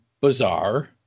bizarre